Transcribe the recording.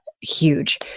huge